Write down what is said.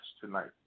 Tonight